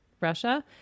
Russia